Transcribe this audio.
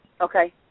Okay